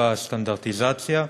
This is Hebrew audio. בסטנדרטיזציה.